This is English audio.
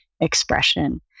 expression